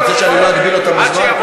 אתה רוצה שאני לא אגביל אותם בזמן?